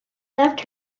left